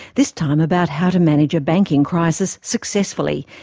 this time about how to manage a banking crisis successfully,